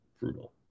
brutal